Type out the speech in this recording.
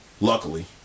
Luckily